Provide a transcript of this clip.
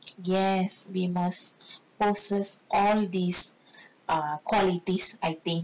yes we must possess all these err qualities I think